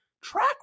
track